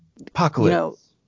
Apocalypse